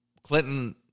Clinton